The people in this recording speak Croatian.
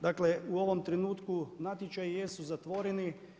Dakle u ovom trenutku natječaji jesu zatvoreni.